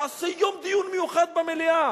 "נעשה יום דיון מיוחד במליאה".